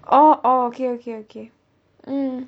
orh orh okay okay mm